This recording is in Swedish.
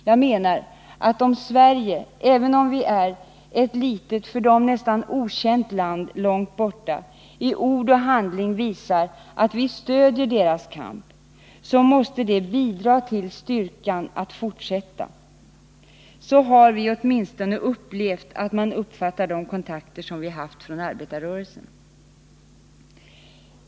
Jag menar att om Sverige, även om det är ett litet för dem nästan okänt land långt borta, i ord och handling visar att vi stöder deras kamp, måste det bidra till att ge styrka att fortsätta. Så har åtminstone vi upplevt att man uppfattar de kontakter som vi haft från arbetarrörelsen.